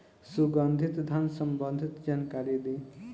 सुगंधित धान संबंधित जानकारी दी?